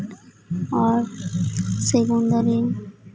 ᱟᱨ ᱥᱮᱜᱩᱱ ᱫᱟᱨᱮ